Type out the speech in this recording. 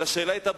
אלא השאלה היתה,